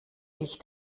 ich